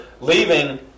leaving